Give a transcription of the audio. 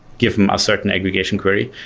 give them a certain aggregation query.